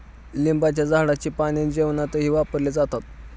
लिंबाच्या झाडाची पाने जेवणातही वापरले जातात